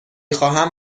خواهم